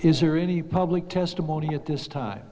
is there any public testimony at this time